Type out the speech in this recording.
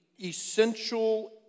essential